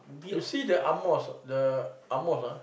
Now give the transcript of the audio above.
you see the ang-moh the ang-moh ah